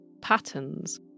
Patterns